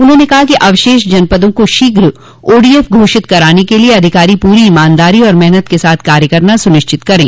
उन्होंने कहा कि अवशेष जनपदों को शीघ्र ओडीएफ घोषित कराने के लिये अधिकारी पूरी ईमानदारी और मेहनत के साथ कार्य करना सुनिश्चित करे